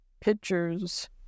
pictures